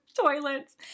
toilets